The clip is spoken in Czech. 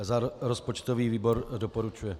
Za rozpočtový výbor doporučuje.